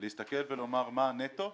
להסתכל ולומר מה הנטו,